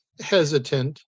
hesitant